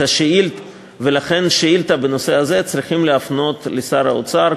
את השאילתה בנושא הזה צריכים להפנות לשר האוצר.